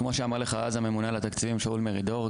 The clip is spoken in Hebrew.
כמו שאמר לך אז הממונה על התקציבים שאול מרידור,